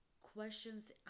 questions